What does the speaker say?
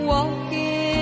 Walking